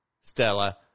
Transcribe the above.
Stella